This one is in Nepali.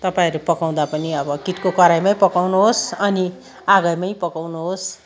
तपाँईहरू पकाउँदा पनि अब किटको कराहीमै पकाउनुहोस् अनि आगोमै पकाउनुहोस्